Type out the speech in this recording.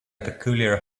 peculiar